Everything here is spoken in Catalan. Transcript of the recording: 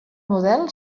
model